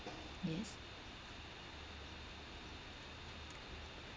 yes